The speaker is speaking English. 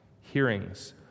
hearings